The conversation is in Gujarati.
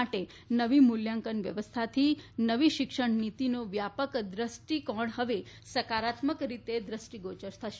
માટે નવી મુલ્યાંકન વ્યવસ્થાથી નવી શિક્ષિત નીતિનો વ્યાપક દ્રષ્ટિકોણ હવે સકારાત્મક રીતે દ્રષ્ટિગોચર થશે